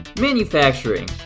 Manufacturing